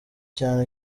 cyane